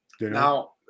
Now